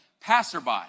passerby